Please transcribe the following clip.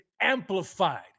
amplified